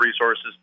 resources